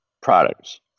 products